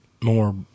more